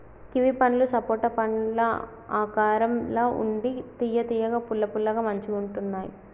kiwi పండ్లు సపోటా పండ్ల ఆకారం ల ఉండి తియ్య తియ్యగా పుల్ల పుల్లగా మంచిగుంటున్నాయ్